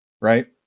right